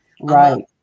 Right